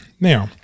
Now